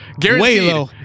Guaranteed